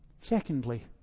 secondly